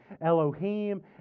Elohim